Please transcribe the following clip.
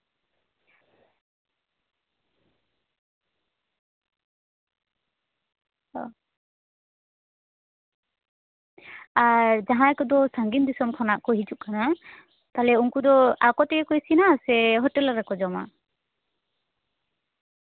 ᱚ ᱟᱨ ᱡᱟᱦᱟᱸᱭ ᱠᱚᱫᱚ ᱥᱟᱺᱜᱤᱧ ᱫᱤᱥᱚᱢ ᱠᱷᱚᱱᱟᱜ ᱠᱚ ᱦᱤᱡᱩᱜ ᱠᱟᱱᱟ ᱛᱟᱞᱦᱮ ᱩᱱᱠᱩ ᱫᱚ ᱟᱠᱚ ᱛᱮᱜᱮ ᱠᱚ ᱤᱥᱤᱱᱟ ᱥᱮ ᱦᱳᱴᱮᱞ ᱨᱮᱠᱚ ᱡᱚᱢᱟ